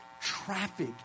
traffic